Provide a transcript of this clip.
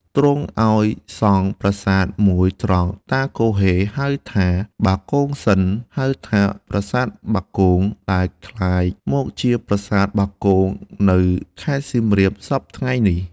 ទ្រង់ឲ្យសង់ប្រាសាទមួយត្រង់តាគហ៊េហៅថា បាគងសិន ហៅថា "ប្រាសាទបាគង់" ដែលក្លាយមកជាប្រាសាទបាគង នៅ ខេត្តសៀមរាបសព្វថៃ្ងនេះ។